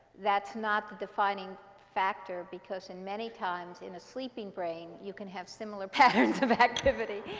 that's not the defining factor. because in many times in a sleeping brain you can have similar patterns of activity.